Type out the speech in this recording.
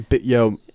Yo